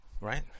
right